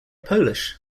polish